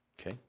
Okay